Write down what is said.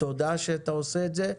תודה שאתה עושה את זה,